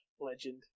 legend